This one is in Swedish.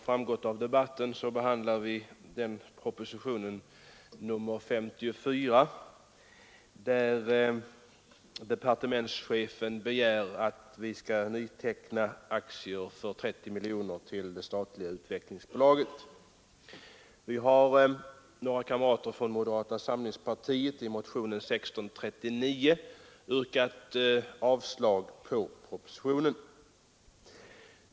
Fru talman! Vi behandlar nu propositionen 54, i vilken departements chefen begär att vi skall nyteckna aktier för 30 miljoner kronor till det statliga Utvecklingsbolaget. Några kamrater från moderata samlingspartiet och jag har i motionen 1639 yrkat avslag på propositionen.